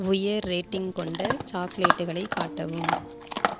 உயர் ரேட்டிங் கொண்ட சாக்லேட்டுகளை காட்டவும்